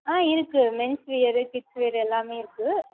ஆ இருக்கு men's wear kids wear எல்லாமே இருக்கு